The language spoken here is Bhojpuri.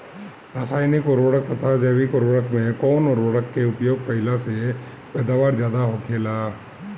रसायनिक उर्वरक तथा जैविक उर्वरक में कउन उर्वरक के उपयोग कइला से पैदावार ज्यादा होखेला?